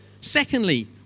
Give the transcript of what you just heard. Secondly